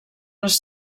les